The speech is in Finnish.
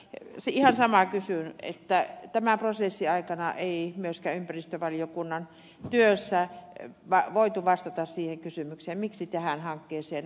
ihan samaa kysyn kun tämän prosessin aikana ei myöskään ympäristövaliokunnan työssä voitu vastata siihen kysymykseen miksi tähän hankkeeseen on ryhdytty